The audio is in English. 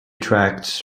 tracts